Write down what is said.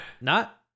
not-